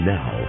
Now